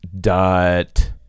dot